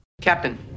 Captain